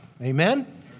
Amen